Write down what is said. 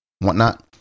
whatnot